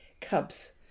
cubs